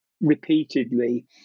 repeatedly